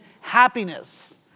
happiness